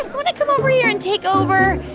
want to come over here and take over?